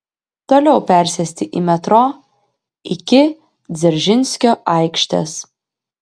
toliau persėsti į metro iki dzeržinskio aikštės